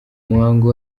umuhango